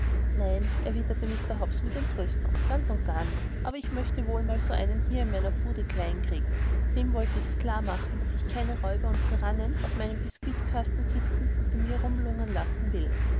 nein erwiderte mr hobbs mit entrüstung ganz und gar nicht aber ich möchte wohl mal so einen hier in meiner bude klein kriegen dem wollte ich's klar machen daß ich keine räuber und tyrannen auf meinen biskuitkasten sitzen und bei mir herumlungern lassen will